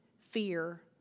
fear